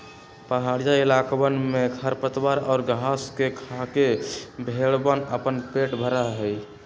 पहड़ीया इलाकवन में खरपतवार और घास के खाके भेंड़वन अपन पेट भरा हई